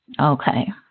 Okay